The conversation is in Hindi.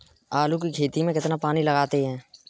आलू की खेती में कितना पानी लगाते हैं?